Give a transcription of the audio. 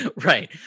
Right